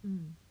mm